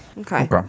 Okay